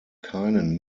keinen